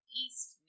east